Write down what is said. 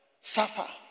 Suffer